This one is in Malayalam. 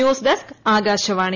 news desk Akashvani